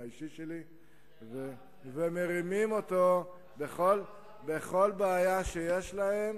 האישי שלי ומרימים טלפון בכל בעיה שיש להם.